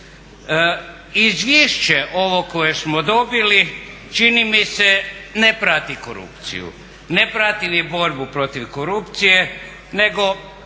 Izvješće ovo koje smo dobili čini mi se ne prati korupciju, ne prati ni borbu protiv korupcije nego